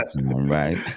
right